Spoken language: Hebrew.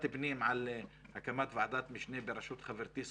הפנים על הקמת ועדת משנה בראשות חברתי,